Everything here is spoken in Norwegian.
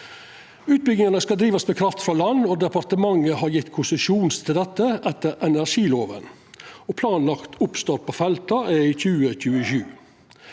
Utbyggingane skal drivast med kraft frå land, og departementet har gjeve konsesjon til dette etter energilova. Planlagd oppstart på felta er i 2027.